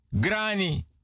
granny